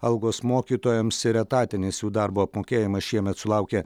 algos mokytojams ir etatinis jų darbo apmokėjimas šiemet sulaukė